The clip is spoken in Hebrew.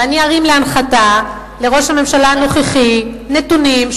ואני ארים להנחתה לראש הממשלה הנוכחי נתונים,